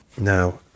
now